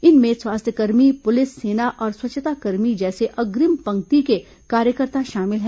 इनमें स्वास्थ्यकर्मी पुलिस सेना और स्वच्छताकर्मी जैसे अग्रिम पंक्ति के कार्यकर्ता शामिल हैं